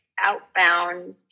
Outbound